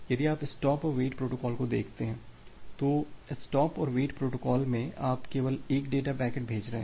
यदि आप स्टॉप और वेट प्रोटोकॉल को देखते हैं तो स्टॉप और वेट प्रोटोकॉल में आप केवल एक डेटा पैकेट भेज रहे हैं